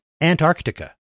Antarctica